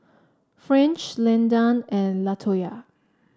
French Landan and Latoya